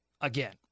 again